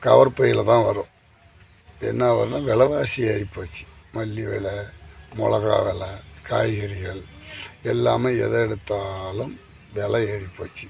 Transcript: cover பையில் தான் வரும் என்ன வரும்னா விலவாசி ஏறிப்போச்சு மல்லி வில மிளகா வில காய்கறிகள் எல்லாமே எதை எடுத்தாலும் வில ஏறிப்போச்சு